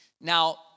Now